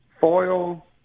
Foil